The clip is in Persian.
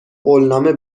قولنامه